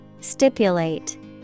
Stipulate